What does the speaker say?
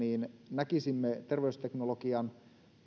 näkisimme terveysteknologian